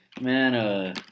Man